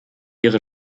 ihre